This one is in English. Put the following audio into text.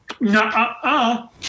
no